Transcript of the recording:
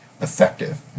effective